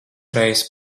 reiz